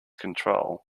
control